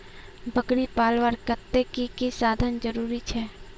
बकरी पलवार केते की की साधन जरूरी छे?